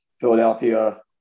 Philadelphia